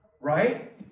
Right